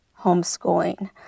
homeschooling